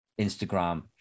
Instagram